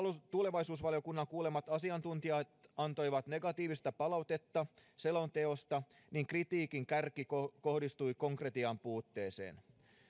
tulevaisuusvaliokunnan kuulemat asiantuntijat antoivat negatiivista palautetta selonteosta kritiikin kärki kohdistui konkretian puutteeseen